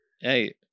hey